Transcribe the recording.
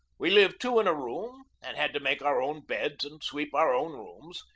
we lived two in a room and had to make our own beds and sweep our own rooms,